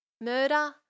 murder